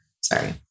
sorry